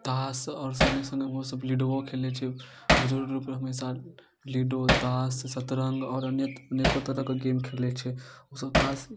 तास आओर सङ्गे सङ्गे ओसब लूडोओ खेलैत छै बुजुर्ग लोक कऽ हमेशा लूडो तास सतरञ्ज आओर अनेक अनेको तरह कऽ गेम खेलैत छै ओसब तास